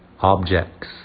objects